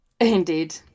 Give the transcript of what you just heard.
Indeed